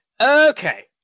Okay